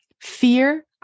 fear